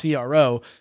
CRO